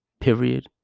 period